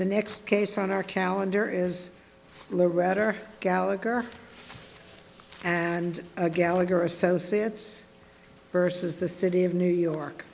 the next case on our calendar is a ratter gallagher and gallagher associates versus the city of new york